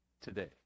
today